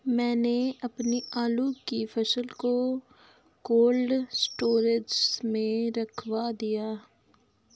मैंने अपनी आलू की फसल को कोल्ड स्टोरेज में रखवा दिया